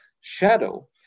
shadow